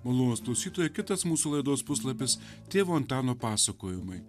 malonūs klausytojai kitas mūsų laidos puslapis tėvo antano pasakojimai